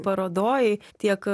parodoj tiek